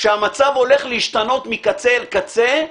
שהמצב הולך להשתנות מקצה אל קצה,